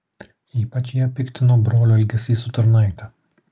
ypač ją piktino brolio elgesys su tarnaite